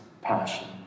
passion